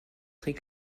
très